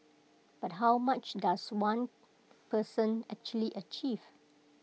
but how much does one person actually achieve